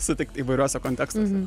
sutikti įvairiuose kontekstuose